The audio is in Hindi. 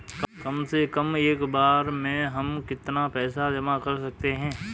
कम से कम एक बार में हम कितना पैसा जमा कर सकते हैं?